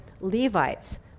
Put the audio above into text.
Levites